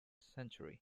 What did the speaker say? century